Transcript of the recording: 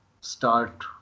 start